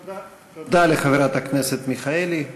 תודה לחברת הכנסת מיכאלי.